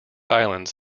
islands